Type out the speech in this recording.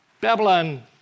Babylon